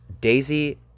Daisy